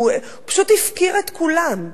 הוא פשוט הפקיר את כולם,